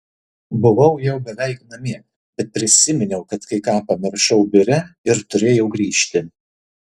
buvau jau beveik namie bet prisiminiau kad kai ką pamiršau biure ir turėjau grįžti